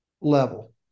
level